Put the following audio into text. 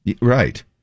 Right